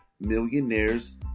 millionaires